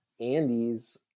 Andy's